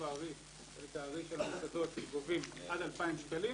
הארי של המוסדות גובים עד 2,000 שקלים,